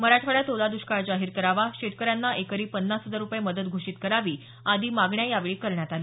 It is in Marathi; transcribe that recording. मराठवाड्यात ओला दष्काळ जाहीर करावा शेतकऱ्यांना एकरी पन्नास हजार रुपये मदत घोषित करावी आदी मागण्या यावेळी करण्यात आल्या